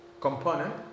component